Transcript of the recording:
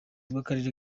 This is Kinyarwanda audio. bw’akarere